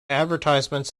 advertisements